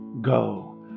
go